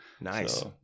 Nice